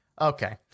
Okay